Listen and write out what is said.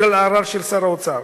בגלל הערר של שר האוצר.